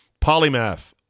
Polymath